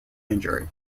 injury